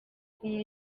kunywa